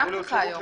זה קיים ככה היום.